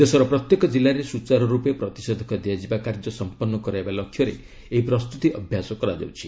ଦେଶର ପ୍ରତ୍ୟେକ ଜିଲ୍ଲାରେ ସୁଚାରୁର୍ପେ ପ୍ରତିଷେଧକ ଦିଆଯିବା କାର୍ଯ୍ୟ ସମ୍ପନ୍ନ କରାଇବା ଲକ୍ଷ୍ୟରେ ଏହି ପ୍ରସ୍ତତି ଅଭ୍ୟାସ କରାଯାଉଛି